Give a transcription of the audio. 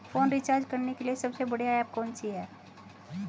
Phone recharge करने के लिए सबसे बढ़िया ऐप कौन सी है?